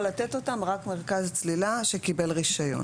לתת אותם רק מרכז צלילה שקיבל רישיון.